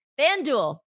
FanDuel